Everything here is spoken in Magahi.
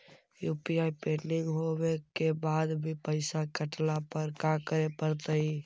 यु.पी.आई पेंडिंग होवे के बाद भी पैसा कटला पर का करे पड़तई?